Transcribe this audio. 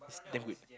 it's damn good